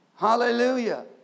Hallelujah